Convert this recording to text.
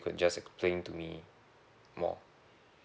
you could just explain to me more